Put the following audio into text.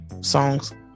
songs